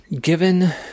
Given